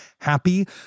happy